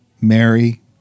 Mary